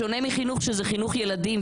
בשונה מחינוך ילדים,